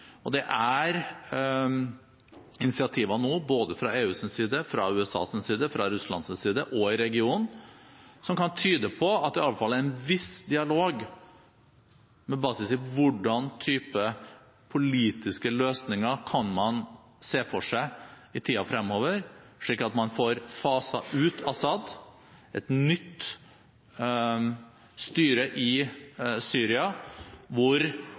og det er initiativer nå fra både EUs, USAs og Russlands side, og i regionen, som kan tyde på at det iallfall er en viss dialog med basis i: Hvilke typer politiske løsninger kan man se for seg i tiden fremover, slik at man får faset ut al-Assad, får et nytt styre i Syria